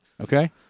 okay